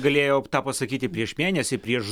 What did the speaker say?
galėjo tą pasakyti prieš mėnesį prieš